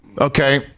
Okay